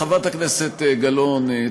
חברת הכנסת גלאון,